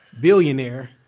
billionaire